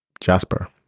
Jasper